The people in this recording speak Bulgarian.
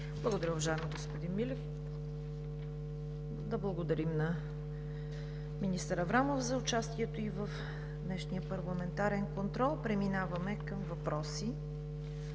Благодаря Ви, уважаеми господин Милев. Да благодарим на министър Аврамова за участието в днешния парламентарен контрол. Преминаваме към въпросите